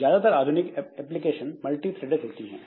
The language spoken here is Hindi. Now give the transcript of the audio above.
ज्यादातर आधुनिक एप्लीकेशन मल्टीथ्रेडेड होती हैं